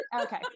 okay